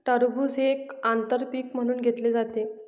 टरबूज हे एक आंतर पीक म्हणून घेतले जाते